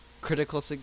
critical